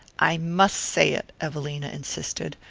i must say it, evelina insisted,